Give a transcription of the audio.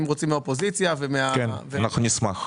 אם רוצים מהאופוזיציה ומהקואליציה,